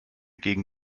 gegen